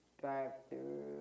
drive-through